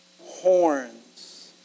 horns